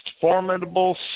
formidable